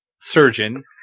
surgeon